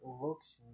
looks